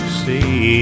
see